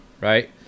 Right